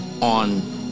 on